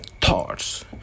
thoughts